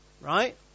right